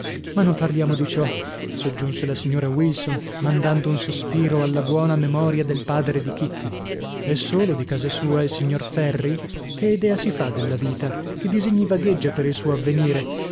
ma non parliamo di ciò soggiunse la signora wilson mandando un sospiro alla buona memoria del padre di kitty è solo di casa sua il signor ferri che idea si fa della vita che disegni vagheggia per il suo avvenire